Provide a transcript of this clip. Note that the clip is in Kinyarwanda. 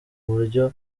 buryo